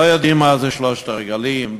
לא יודעים מה זה שלושת הרגלים,